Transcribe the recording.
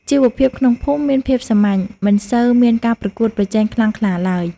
ជីវភាពក្នុងភូមិមានភាពសាមញ្ញ មិនសូវមានការប្រកួតប្រជែងខ្លាំងក្លាឡើយ។